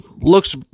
looks